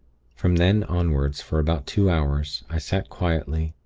from then, onward, for about two hours, i sat quietly,